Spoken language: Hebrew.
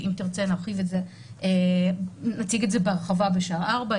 שאם תרצה נציג את זה בהרחבה בשעה ארבע,